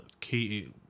key